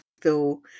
feel